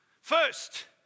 first